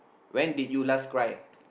when did you last cried